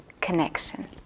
connection